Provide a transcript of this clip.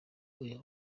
uyu